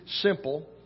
simple